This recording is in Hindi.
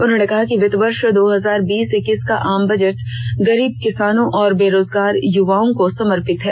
उन्होंने कि वित्तिय वर्ष दो हजार बीस इक्कीस का आम बजट गरीब किसान और बेरोजगार युवाओं को समर्पित है